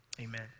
amen